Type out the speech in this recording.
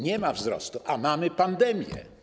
Nie ma wzrostu, a mamy pandemię.